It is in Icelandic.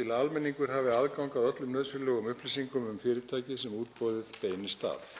til að almenningur hafi aðgang að öllum nauðsynlegum upplýsingum um fyrirtækið sem útboðið beinist að.